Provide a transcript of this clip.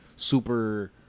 super